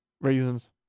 reasons